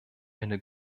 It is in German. eine